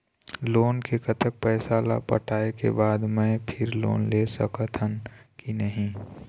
Loan के कतक पैसा ला पटाए के बाद मैं फिर लोन ले सकथन कि नहीं?